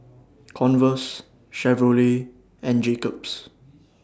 Converse Chevrolet and Jacob's